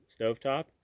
stovetop